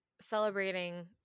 celebrating